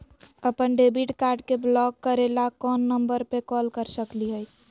अपन debit card के block करे ला कौन नंबर पे कॉल कर सकली हई?